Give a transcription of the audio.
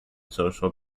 social